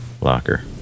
Locker